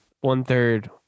one-third